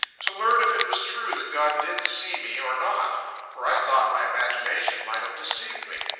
to learn if it was true that god did see me or not for i thought my imagination might have deceived me.